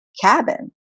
cabin